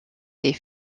est